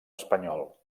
espanyol